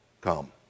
come